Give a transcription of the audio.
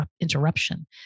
interruption